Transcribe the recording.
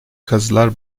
kazılar